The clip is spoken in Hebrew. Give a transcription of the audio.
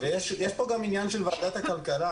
ויש פה גם עניין של ועדת הכלכלה,